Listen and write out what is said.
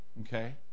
Okay